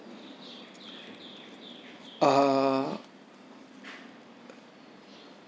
uh